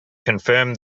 confirm